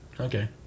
okay